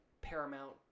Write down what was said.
Paramount